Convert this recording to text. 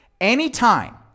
Anytime